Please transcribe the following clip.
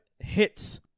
hits